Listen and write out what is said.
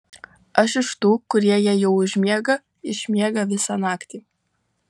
aš iš tų kurie jei jau užmiega išmiega visą naktį